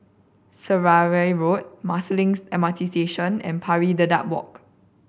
Seraya Road Marsiling M R T Station and Pari Dedap Walk